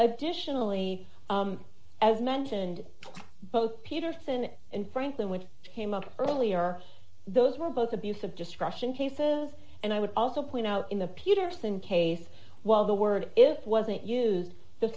additionally as mentioned both peterson and franklin which came up earlier those were both abuse of discretion cases and i would also point out in the peterson case while the word it wasn't used the